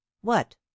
What